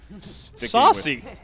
Saucy